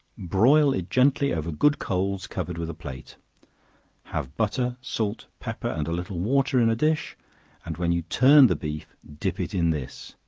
broil it gently over good coals, covered with a plate have butter, salt, pepper, and a little water in a dish and when you turn the beef, dip it in this